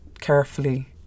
carefully